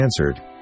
answered